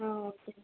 ஆ okay